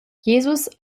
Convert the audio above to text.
jesus